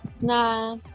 na